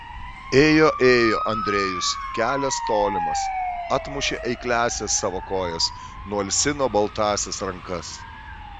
ėjo ėjo andrejus kelias tolimas atmušė eikliąsias savo kojas nualsino baltąsias rankas